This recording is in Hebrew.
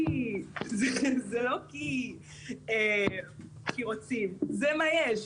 זה לא כי רוצים, זה מה יש.